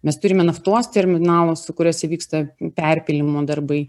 mes turime naftos terminalą su kuriuose vyksta perpylimo darbai